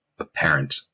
apparent